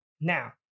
Now